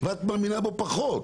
ואתה מאמינה בו פחות.